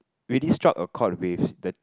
really struck a cord with the